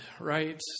right